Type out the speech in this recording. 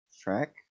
track